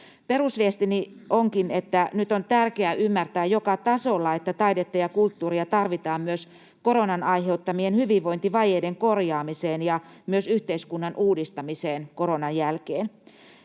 Perusviestini onkin, että nyt on tärkeää ymmärtää joka tasolla, että taidetta ja kulttuuria tarvitaan myös koronan aiheuttamien hyvinvointivajeiden korjaamiseen ja myös yhteiskunnan uudistamiseen koronan jälkeen.